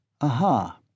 Aha